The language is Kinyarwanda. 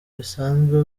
bisanzwe